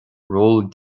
ról